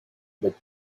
with